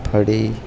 ફરી